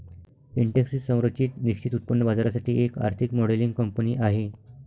Intex ही संरचित निश्चित उत्पन्न बाजारासाठी एक आर्थिक मॉडेलिंग कंपनी आहे